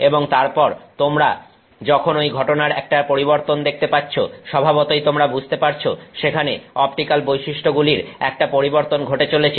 এবং তারপর তোমরা যখন ঐ ঘটনার একটা পরিবর্তন দেখতে পাচ্ছ স্বভাবতই তোমরা বুঝতে পারছ সেখানে অপটিক্যাল বৈশিষ্ট্যগুলির একটা পরিবর্তন ঘটে চলেছে